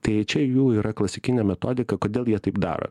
tai čia jų yra klasikinė metodika kodėl jie taip daro